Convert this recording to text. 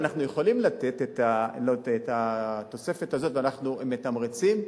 אנחנו יכולים לתת את התוספת הזאת, ואנחנו מתמרצים.